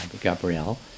Gabrielle